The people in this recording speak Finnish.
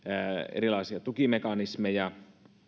erilaisia tukimekanismeja